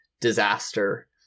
disaster